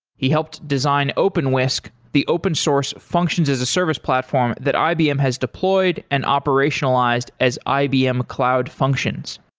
he helped design openwhisk, the open source functions as a service platform that ibm has deployed and operationalized as ibm cloud functions.